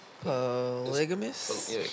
Polygamous